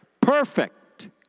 Perfect